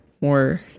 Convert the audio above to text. more